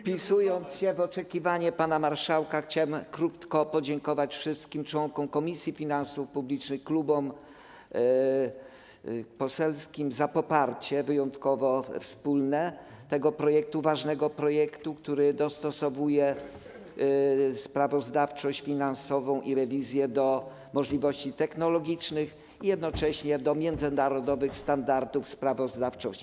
Wpisując się w oczekiwania pana marszałka, chciałbym krótko podziękować wszystkim członkom Komisji Finansów Publicznych i klubom poselskim za poparcie, wyjątkowo wspólne, tego projektu, ważnego projektu, który dostosowuje sprawozdawczość finansową i rewizję do możliwości technologicznych i jednocześnie do międzynarodowych standardów sprawozdawczości.